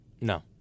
No